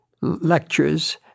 lectures